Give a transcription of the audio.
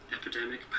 epidemic